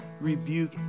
rebuke